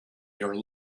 your